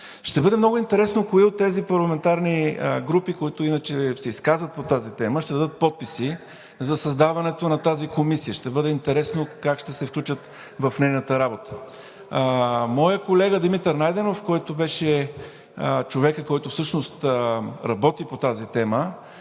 Ще бъде много интересно кои от тези парламентарни групи, които иначе се изказват по тази тема, ще дадат подписи за създаването на тази комисия. Ще бъде интересно как ще се включат в нейната работа. Моят колега Димитър Найденов, който беше човекът, който всъщност работи по тази тема,